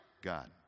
God